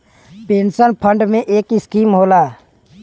pension fund में एक scheme होला